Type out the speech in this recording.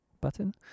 button